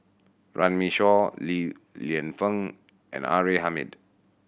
Runme Shaw Li Lienfung and R A Hamid